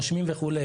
רושמים וכו'.